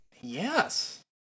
Yes